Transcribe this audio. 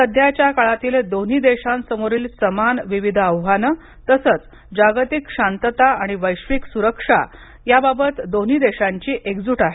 सध्याच्या काळातील दोन्ही देशांसमोरील समान विविध आव्हाने आणि जागतिक शांतता आणि वैश्विक सुरक्षा याबाबत दोन्ही देशांची एकजूट आहे